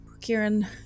Kieran